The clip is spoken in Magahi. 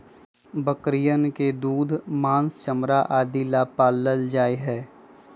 बकरियन के दूध, माँस, चमड़ा आदि ला पाल्ल जाहई